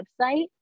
website